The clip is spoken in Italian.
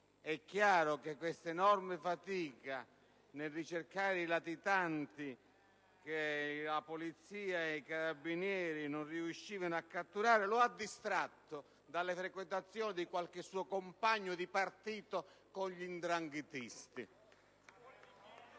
È chiaro che questa enorme fatica nel ricercare i latitanti che la polizia e i carabinieri non riuscivano a catturare lo ha distratto dalle frequentazioni di qualche suo compagno di partito con gli 'ndranghetisti.